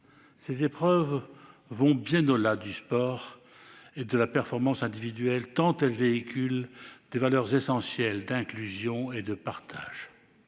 Ces épreuves vont bien au-delà du sport et de la performance individuelle, tant elles véhiculent des valeurs essentielles d'inclusion et de partage.